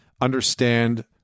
understand